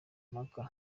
mpaka